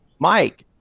Mike